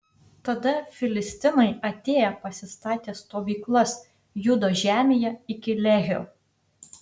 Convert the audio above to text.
tada filistinai atėję pasistatė stovyklas judo žemėje iki lehio